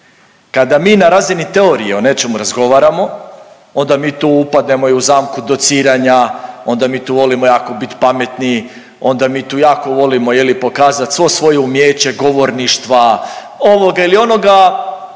Kada mi na razini teorije o nečemu razgovaramo onda mi tu upadne i u zamku dociranja, onda mi tu volimo jako bit pametni, onda mi tu jako volimo pokazati svo svoje umijeće govorništva, ovoga ili onoga